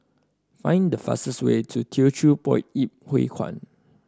find the fastest way to Teochew Poit Ip Huay Kuan